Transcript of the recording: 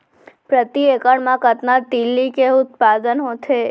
प्रति एकड़ मा कतना तिलि के उत्पादन होथे?